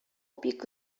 бик